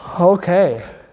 Okay